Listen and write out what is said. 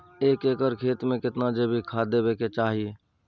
एक एकर खेत मे केतना जैविक खाद देबै के चाही?